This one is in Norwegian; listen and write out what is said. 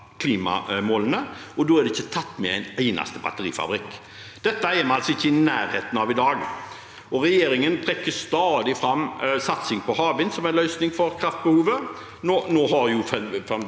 og da er det ikke tatt med en eneste batterifabrikk. Dette er vi altså ikke i nærheten av i dag. Regjeringen trekker stadig fram satsing på havvind som en løsning på kraftbehovet. Nå har, fantastisk